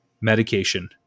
medication